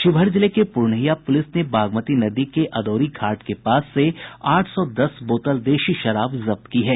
शिवहर जिले के पूरनहिया पुलिस ने बागमती नदी के अदौरी घाट के पास से आठ सौ दस बोतल देशी शराब जब्त की है